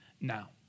now